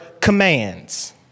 commands